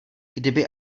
kdyby